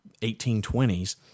1820s